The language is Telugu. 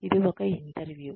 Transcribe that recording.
ఇది ఒక ఇంటర్వ్యూ